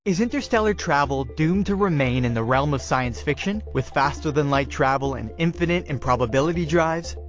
is interstellar travel doomed to remain in the realm of science fiction with faster than light travel and infinite improbability drives?